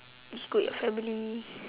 you go with your family